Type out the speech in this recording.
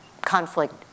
conflict